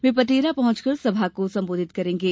र्व पटेरा पहुंचकर सभा को संबोधित करेंगे